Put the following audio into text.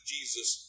Jesus